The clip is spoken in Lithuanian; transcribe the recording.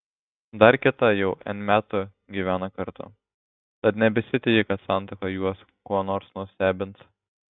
dar kita jau n metų gyvena kartu tad nebesitiki kad santuoka juos kuo nors nustebins